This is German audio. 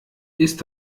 ist